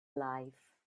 life